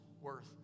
worth